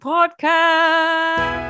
Podcast